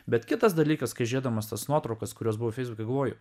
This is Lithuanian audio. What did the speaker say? bet kitas dalykas kai žiūrėdamas tas nuotraukas kurios buvo feisbuke galvoju